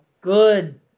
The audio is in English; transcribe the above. good